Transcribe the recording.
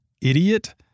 idiot